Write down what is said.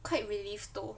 quite relieved though